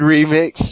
Remix